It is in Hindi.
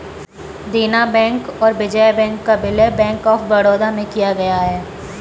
देना बैंक और विजया बैंक का विलय बैंक ऑफ बड़ौदा में किया गया है